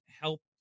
help